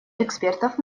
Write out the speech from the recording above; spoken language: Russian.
экспертов